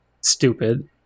Stupid